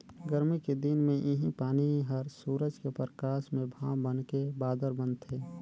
गरमी के दिन मे इहीं पानी हर सूरज के परकास में भाप बनके बादर बनथे